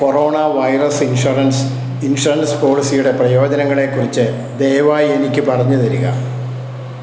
corona virus insurance insurance പോളിസിയുടെ പ്രയോജനങ്ങളെകുറിച്ച് ദയവായി എനിക്ക് പറഞ്ഞു തരിക